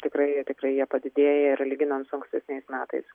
tikrai jie tikrai jie padidėję yra lyginant su ankstesniais metais